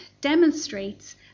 demonstrates